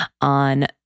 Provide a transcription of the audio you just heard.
on